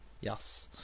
Yes